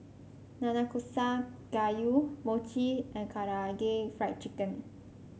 Nanakusa Gayu Mochi and Karaage Fried Chicken